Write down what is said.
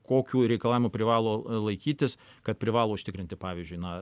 kokių reikalavimų privalo laikytis kad privalo užtikrinti pavyzdžiui na